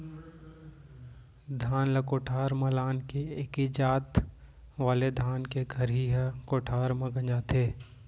धान ल कोठार म लान के एके जात वाले धान के खरही ह कोठार म गंजाथे